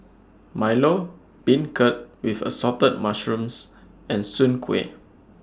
Milo Beancurd with Assorted Mushrooms and Soon Kuih